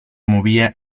movía